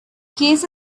case